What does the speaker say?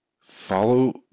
follow